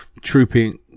Trooping